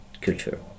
culture